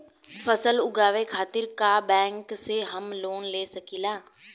फसल उगावे खतिर का बैंक से हम लोन ले सकीला?